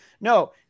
No